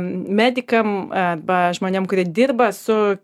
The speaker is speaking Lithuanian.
medikam arba žmonėm kurie dirba su